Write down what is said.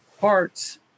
parts